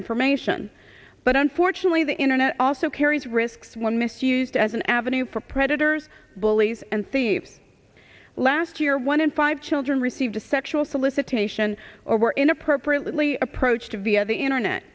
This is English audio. information but unfortunately the internet also carries risks when misused as an avenue for predators bullies and thieves last year one in five children receive a sexual solicitation over in appropriately approach to via the internet